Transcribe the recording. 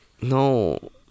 No